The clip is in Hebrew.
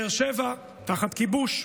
באר שבע תחת כיבוש,